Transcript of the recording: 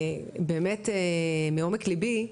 באמת מעומק ליבי,